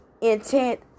intent